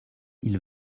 ils